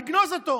נגנוז אותו.